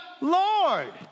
Lord